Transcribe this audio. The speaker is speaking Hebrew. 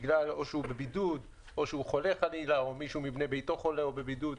או שהוא בבידוד או שהוא חולה חלילה או מישהו מבני ביתו חולה או בבידוד,